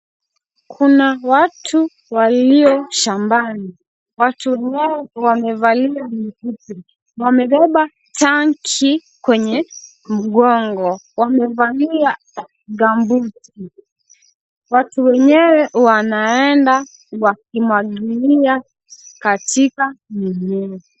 Kuna watu walio shambani .Watu hawa wamevaliamaski wamebeba tangi kwenye mgongo. Wamevalia gambuti watu wenyewe wandaenda wakimwagilia katika mimea.